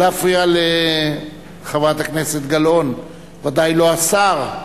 לא להפריע לחברת הכנסת גלאון, בוודאי לא השר.